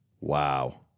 Wow